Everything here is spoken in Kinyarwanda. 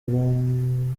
bobi